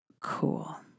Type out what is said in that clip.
cool